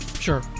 Sure